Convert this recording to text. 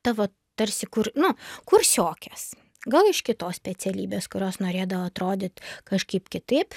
tavo tarsi kur nu kursiokės gal iš kitos specialybės kurios norėdavo atrodyt kažkaip kitaip